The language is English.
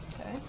Okay